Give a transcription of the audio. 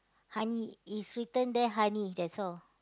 honey is written there honey that's all